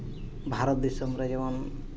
ᱵᱷᱟᱨᱚᱛ ᱫᱤᱥᱚᱢ ᱨᱮ ᱡᱮᱢᱚᱱ